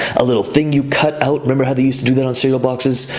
a little thing you cut out, remember how they used to do that on cereal boxes,